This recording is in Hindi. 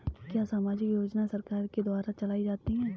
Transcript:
क्या सामाजिक योजनाएँ सरकार के द्वारा चलाई जाती हैं?